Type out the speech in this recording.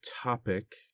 topic